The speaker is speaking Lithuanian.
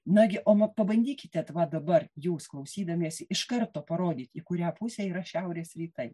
nagi o va pabandykite va dabar jūs klausydamiesi iš karto parodyti į kurią pusę yra šiaurės rytai